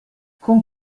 con